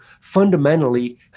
fundamentally